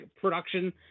production